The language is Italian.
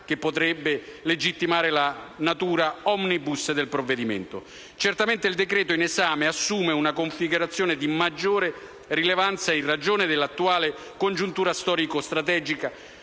che potrebbe legittimare la natura *omnibus* del provvedimento. Certamente, il decreto-legge in esame assume una configurazione di maggiore rilevanza in ragione dell'attuale congiuntura storico-strategica